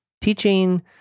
teaching